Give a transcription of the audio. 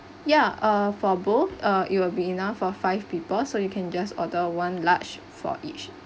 ya uh for both uh it will be enough for five people so you can just order one large for each